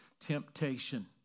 temptation